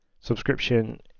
subscription